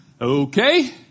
Okay